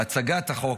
ובהצגת החוק.